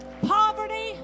Poverty